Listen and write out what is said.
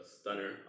stunner